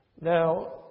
Now